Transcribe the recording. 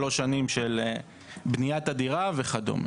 שלוש שנים של בניית הדירה וכדומה.